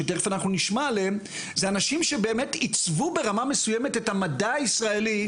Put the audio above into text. זה אנשים שבאמת עיצבו ברמה מסויימת את המדע הישראלי,